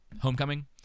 homecoming